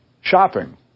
shopping